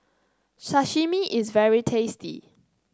sashimi is very tasty